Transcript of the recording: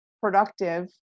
productive